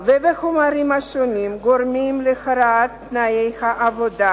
ובחומרים שונים גורמים להרעת תנאי העבודה.